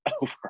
over